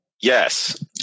Yes